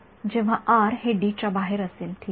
जेव्हा आर हे डी च्या बाहेर असेल ठीक आहे